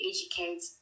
educate